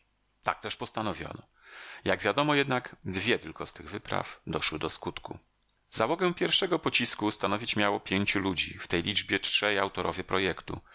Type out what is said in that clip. tak też postanowiono jak wiadomo jednak dwie tylko z tych wypraw doszły do skutku załogę pierwszego pocisku stanowić miało pięciu ludzi w tej liczbie trzej autorowie projektu